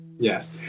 Yes